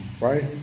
right